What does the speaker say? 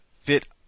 fit